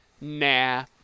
Nah